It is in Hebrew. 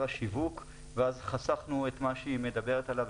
השיווק ואז חסכנו את מה שהיא מדברת עליו,